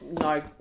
no